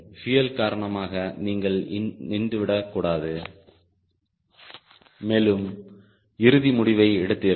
fuel காரணமாக நீங்கள் நின்று விடக்கூடாது மேலும் இறுதி முடிவை எடுத்தீர்கள்